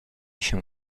się